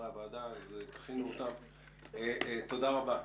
תודה רבה.